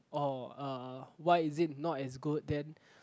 orh uh why is it not as good then